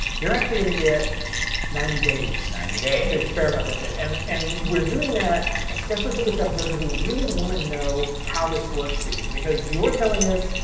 they're actually going to get ninety days. ninety days. to experiment with it. and and we're doing that especially for this episode, because we really want to know how this works for you, because you're telling us,